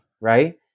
Right